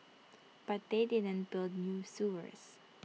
but they didn't build new sewers